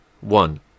one